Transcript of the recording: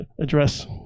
address